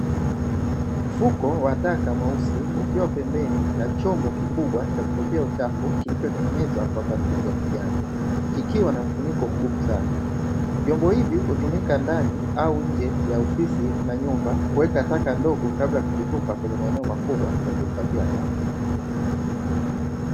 Mfuko wa taka mweusi ukiwa pembeni ya chombo kikubwa cha kutupia uchafu, kilichotengenezwa kwa plastiki ya kijani kikiwa na mfuniko mgumu sana, vyombo hivi hutumika ndani au nje ya ofisi na nyumba kuweka taka ndogo, kabla ya kuzitupa kwenye maeneo makubwa ya kuhifadhia taka.